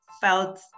felt